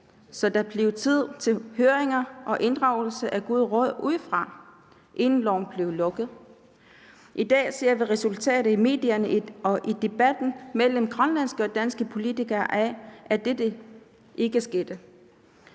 så der blev tid til høringer og inddragelse af gode råd udefra, inden loven blev lukket. I dag ser vi resultatet i medierne og i debatten mellem grønlandske og danske politikere af, at dette ikke skete.